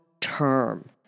term